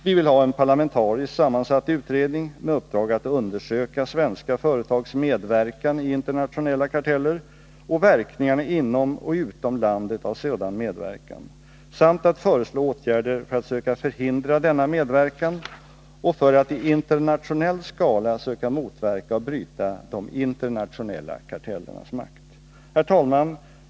Vi vill ha ”en parlamentariskt sammansatt utredning med uppdrag att undersöka svenska företags medverkan i internationella karteller och verkningarna inom och utom landet av sådan medverkan samt att föreslå åtgärder för att söka förhindra denna medverkan och för att i internationell skala söka motverka och bryta de internationella kartellernas makt”. Herr talman!